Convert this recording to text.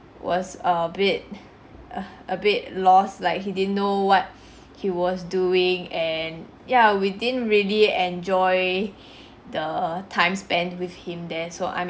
was a bit uh a bit lost like he didn't know what he was doing and ya we didn't really enjoy the time spent with him there so I'm